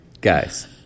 Guys